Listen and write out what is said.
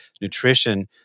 nutrition